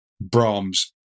Brahms